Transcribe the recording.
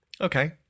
Okay